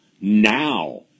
now